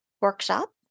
workshop